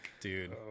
dude